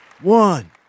One